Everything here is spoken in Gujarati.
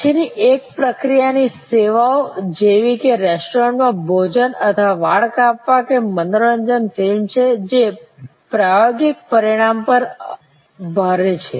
પછીની એક પ્રકારની સેવાઓ જેવી કે રેસ્ટોરન્ટમાં ભોજન અથવા વાળ કાપવા કે મનોરંજન ફિલ્મ છે જે પ્રાયોગિક પરિમાણ પર ભારે છે